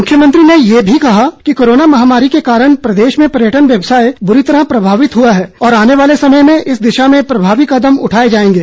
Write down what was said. मुख्यमंत्री ने ये भी कहा कि कोरोना महामारी के कारण प्रदेश में पर्यटन व्यवसाय बुरी तरह प्रभावित हुआ है और आने वाले समय में इस दिशा में प्रभावी कदम उठाए जाएंगे